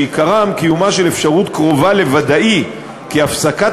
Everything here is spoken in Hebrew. שעיקרם קיומה של אפשרות קרובה לוודאי כי הפסקת